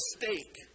mistake